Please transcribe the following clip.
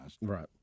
Right